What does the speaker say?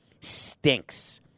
stinks